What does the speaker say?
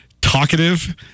talkative